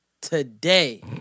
today